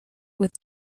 with